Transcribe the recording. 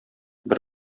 бер